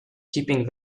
keeping